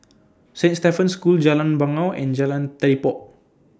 Saint Stephen's School Jalan Bangau and Jalan Telipok